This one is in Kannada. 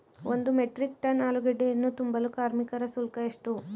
ಒಂದು ಮೆಟ್ರಿಕ್ ಟನ್ ಆಲೂಗೆಡ್ಡೆಯನ್ನು ತುಂಬಲು ಕಾರ್ಮಿಕರ ಶುಲ್ಕ ಎಷ್ಟು?